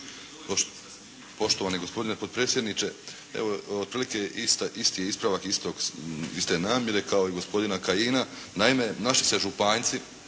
Poštovani gospodine potpredsjedniče, evo otprilike isti je ispravak iste namjere kao i gospodina Kajina. Naime, naši se županjci,